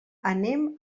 anem